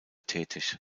tätig